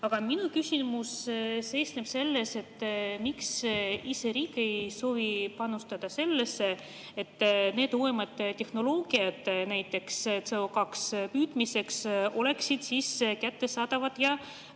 Minu küsimus seisneb selles, miks riik ise ei soovi panustada sellesse, et need uuemad tehnoloogiad näiteks CO2püüdmiseks oleksid kättesaadavad ja